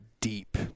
deep